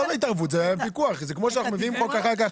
זה כמו שאנחנו מביאים חוק אחר כך,